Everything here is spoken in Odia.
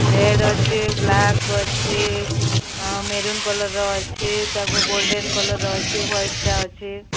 ରେଡ଼୍ ଅଛି ବ୍ଲାକ୍ ଅଛି ଆଉ ମେରୁନ୍ କଲର୍ର ଅଛି ତାପରେ ଗ୍ଲୋଡ଼େନ୍ କଲର୍ର ଅଛି ହ୍ୱାଇଟ୍ଟା ଅଛି